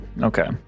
Okay